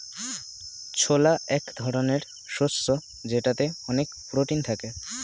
ছোলা হল এক ধরনের শস্য যেটাতে অনেক প্রোটিন থাকে